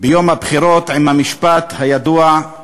ביום הבחירות, עם המשפט הידוע,